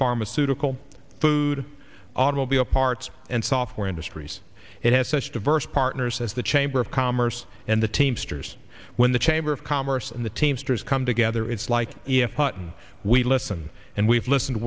pharmaceutical food automobile parts and software industries it has such diverse partners as the chamber of commerce and the teamsters when the chamber of commerce and the teamsters come together it's like e f hutton we listen and we've listened